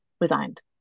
resigned